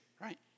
right